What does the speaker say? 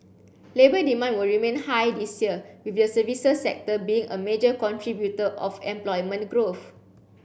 labor demand will remain high this year with the services sector being a major contributor of employment growth